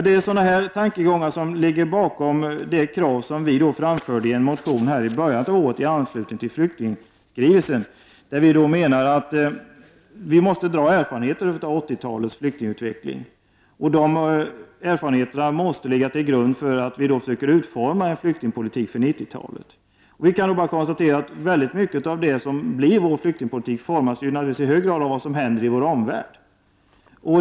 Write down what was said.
Det är sådana tankegångar som ligger bakom det krav som vi i centerpartiet framförde i en motion i början av året i anslutning till flyktingkrisen. Vi menar att vi måste dra slutsatser av 1980-talets flyktingutveckling. De erfarenheterna måste ligga till grund för en utformning av en flyktingpolitik för 90-talet. Vi kan konstatera att en mycket stor del av det som blir vår flyktingpolitik naturligtvis i hög grad formas av vad som händer i vår omvärld.